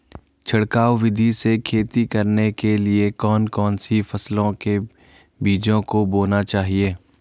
छिड़काव विधि से खेती करने के लिए कौन कौन सी फसलों के बीजों को बोना चाहिए?